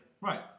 Right